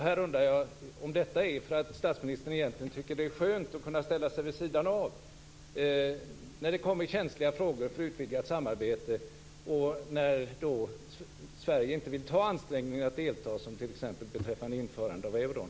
Här undrar jag om detta beror på att statsministern egentligen tycker att det är skönt att kunna ställa sig vid sidan av när det kommer känsliga frågor om utvidgat samarbete och när Sverige inte vill ta ansträngningen att delta, som t.ex. beträffande införandet av euron.